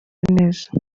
neza